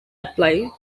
apply